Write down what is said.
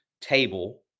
table